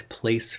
place